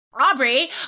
Aubrey